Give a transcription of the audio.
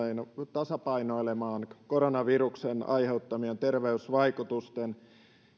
tasapainoilemaan koronaviruksen aiheuttamien terveysvaikutusten